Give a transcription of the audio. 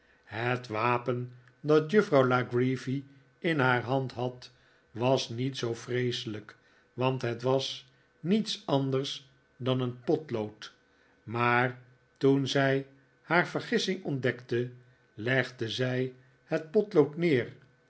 het wapen dat juffrouw la creevy in haar hand had was niet zoo vreeselijk want het was niets anders dan een potlood maar toen zij haar vergissing ontdekte legde zij het potlood neer